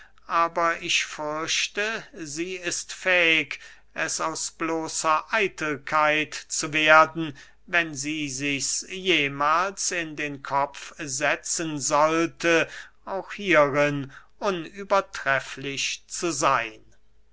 aber ich fürchte sie ist fähig es aus bloßer eitelkeit zu werden wenn sie sichs jemahls in den kopf setzen sollte auch hierin unübertrefflich zu seyn